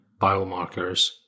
biomarkers